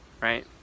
right